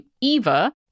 Eva